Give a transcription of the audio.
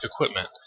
equipment